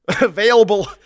Available